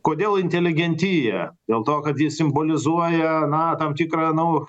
kodėl inteligentija dėl to kad ji simbolizuoja na tam tikrą nu